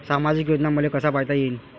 सामाजिक योजना मले कसा पायता येईन?